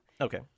Okay